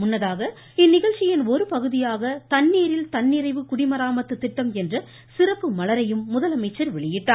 முன்னதாக இந்நிகழ்ச்சியின் ஒரு பகுதியாக தண்ணீரில் தன்னிறைவு குடிமராமத்து திட்டம் என்ற சிறப்பு மலரையும் முதலமைச்சர் வெளியிட்டார்